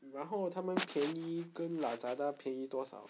然后他们便宜跟 lazada 便宜多少